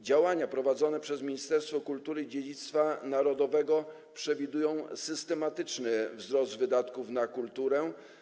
Działania prowadzone przez Ministerstwo Kultury i Dziedzictwa Narodowego przewidują systematyczny wzrost wydatków na kulturę.